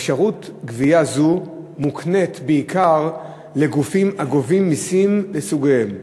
אפשרות גבייה זו מוקנית בעיקר לגופים הגובים מסים לסוגיהם.